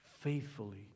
faithfully